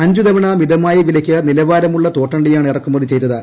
അഞ്ചു തവണ മിതമായ വിലയ്ക്ക് നിലവാരമുള്ള തോട്ട ിയാണ് ഇറക്കുമതി ചെയ്തത്